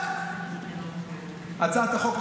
הצעת החוק,